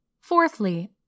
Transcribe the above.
Fourthly